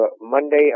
Monday